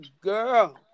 Girl